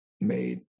made